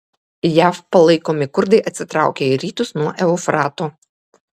jav palaikomi kurdai atsitraukė į rytus nuo eufrato